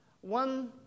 one